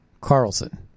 Carlson